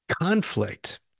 conflict